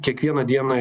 kiekvieną dieną